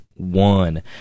One